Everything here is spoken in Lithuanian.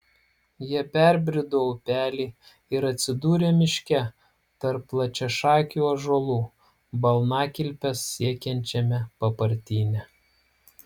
jie perbrido upelį ir atsidūrė miške tarp plačiašakių ąžuolų balnakilpes siekiančiame papartyne